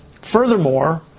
Furthermore